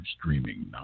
streaming